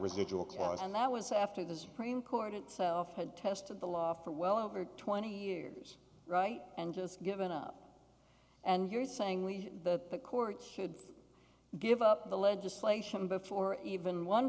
residual clause and that was after the supreme court itself had tested the law for well over twenty years right and just given up and you're saying we the court should give up the legislation before even one